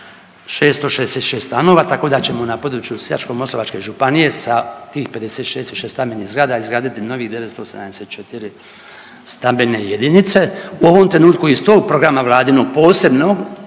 660 stanova, tako da ćemo na području Sisačko-moslavačke županije sa tih 56 više stambenih zgrada izgraditi novih 974 stambene jedinice. U ovom trenutku iz tog programa vladinog posebno